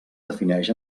defineix